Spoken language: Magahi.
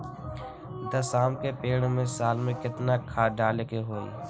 दस आम के पेड़ में साल में केतना खाद्य डाले के होई?